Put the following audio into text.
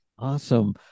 Awesome